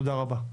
תודה רבה.